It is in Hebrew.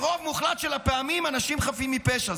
ברוב מוחלט של הפעמים, אנשים חפים מפשע.